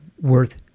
worth